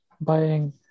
buying